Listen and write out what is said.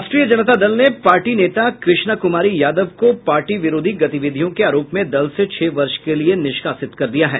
राष्ट्रीय जनता दल ने पार्टी नेता कृष्णा क्रमारी यादव को पार्टी विरोधी गतिविधियों के आरोप में दल से छह वर्ष के लिये निष्कासित कर दिया है